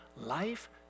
life